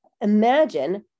Imagine